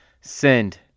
send